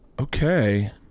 Okay